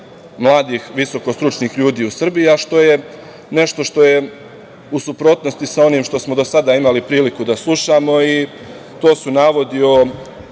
mladih visokostručnih ljudi u Srbiji, a nešto što je u suprotnosti sa onim što smo do sada imali priliku da slušamo i to su navodi